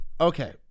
okay